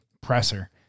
presser